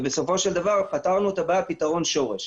ובסופו של דבר פתרנו את הבעיה פתרון שורש.